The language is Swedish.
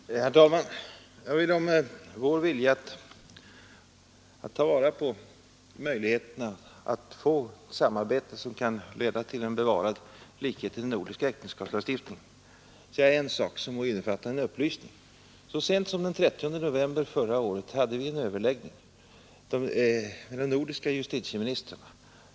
Herr talman! Jag vill beträffande frågan om vår vilja att ta vara på möjligheterna att få till stånd ett samarbete som kan leda till en bevarad likhet i den nordiska äktenskapslagstiftningen ge en upplysning. Så sent som 30 november förra året hade vi en överläggning med de nordiska justitieministrarna.